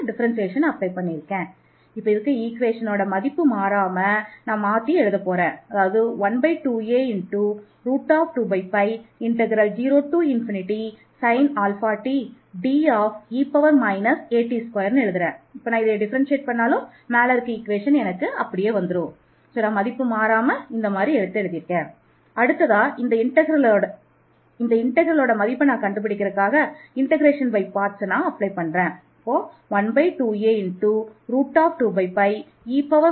α0 என்று ல் எடுக்க வேண்டும்